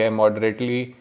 moderately